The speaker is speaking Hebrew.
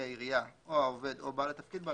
העירייה או העובד או בעל התפקיד בה,